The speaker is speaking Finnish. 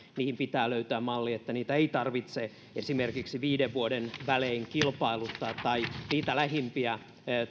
niihin pitää löytää malli että ei tarvitse esimerkiksi viiden vuoden välein kilpailuttaa niitä lähimpiä